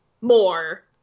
more